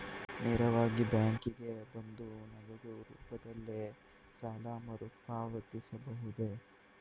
ನೇರವಾಗಿ ಬ್ಯಾಂಕಿಗೆ ಬಂದು ನಗದು ರೂಪದಲ್ಲೇ ಸಾಲ ಮರುಪಾವತಿಸಬಹುದೇ?